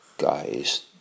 Guys